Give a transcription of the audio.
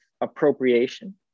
appropriation